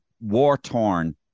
war-torn